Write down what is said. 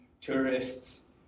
tourists